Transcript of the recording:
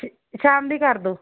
ਸ਼ਾਮ ਦੀ ਕਰ ਦਿਉ